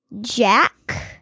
Jack